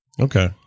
Okay